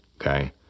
okay